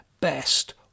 best